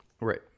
Right